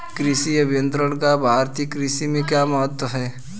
कृषि अभियंत्रण का भारतीय कृषि में क्या महत्व है?